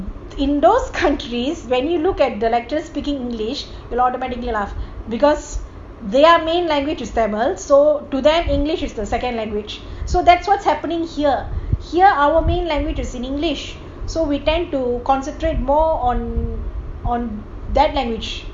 in those countries when you look at the lecture speaking english you'll automatically laugh because their main language is tamil so to them english is a second language so that's what's happening here here our main languages is in english so we tend to concentrate more on on that language